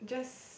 just